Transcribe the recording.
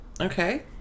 okay